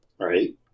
Right